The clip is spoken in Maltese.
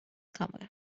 kamra